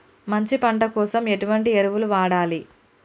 మంచి పంట కోసం ఎటువంటి ఎరువులు వాడాలి?